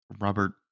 Robert